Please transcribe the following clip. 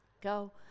Go